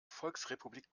volksrepublik